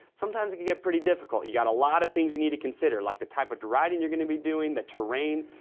sometimes it can get pretty difficult. you got a lot of things you need to consider, like the type of driving you're gonna be doing, the terrain,